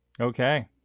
okay